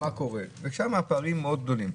ושם הפערים הם מאוד גדולים.